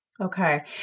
Okay